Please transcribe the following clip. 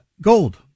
Gold